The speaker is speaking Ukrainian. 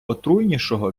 отруйнішого